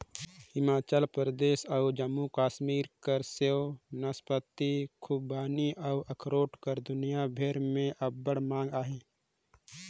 हिमाचल परदेस अउ जम्मू कस्मीर कर सेव, नासपाती, खूबानी अउ अखरोट कर दुनियां भेर में अब्बड़ मांग अहे